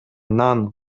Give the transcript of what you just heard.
нан